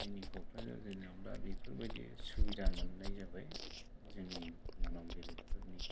जोंनि क'क्राझार जिल्लायाव दा बेफोरबायदि सुबिदा मोननाय जाबाय जोंनि मानाव गेदेरफोरनि